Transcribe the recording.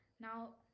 now